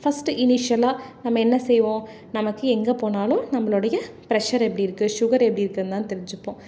first இனிஷியல்லாக நம்ம என்ன செய்வோம் நமக்கு எங்கே போனாலும் நம்மளோடைய ப்ரெஷர் எப்படி இருக்குது சுகர் எப்படி இருக்குதுன்னு தான் தெரிஞ்சுப்போம்